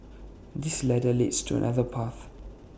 this ladder leads to another path